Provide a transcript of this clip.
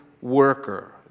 worker